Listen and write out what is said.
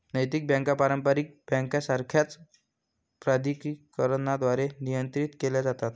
नैतिक बँका पारंपारिक बँकांसारख्याच प्राधिकरणांद्वारे नियंत्रित केल्या जातात